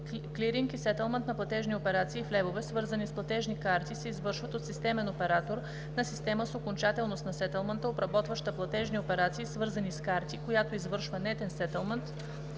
Клиринг и сетълмент на платежни операции в левове, свързани с платежни карти, се извършват от системен оператор на система с окончателност на сетълмента, обработваща платежни операции, свързани с карти, която извършва нетен сетълмент